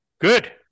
good